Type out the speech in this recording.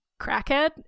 crackhead